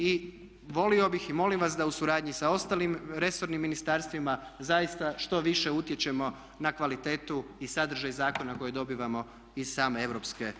I volio bih i molim vas da u suradnji sa ostalim resornim ministarstvima zaista što više utječemo na kvalitetu i sadržaj zakona koje dobivamo iz same EU.